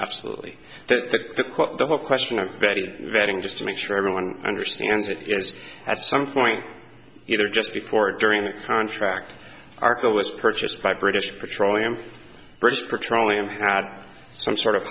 absolutely absolutely to the whole question of betty vetting just to make sure everyone understands that at some point either just before or during the contract arco was purchased by british petroleum british petroleum had some sort of